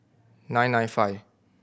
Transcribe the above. nine nine five